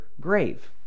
grave